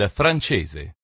francese